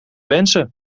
wensen